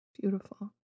Beautiful